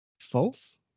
False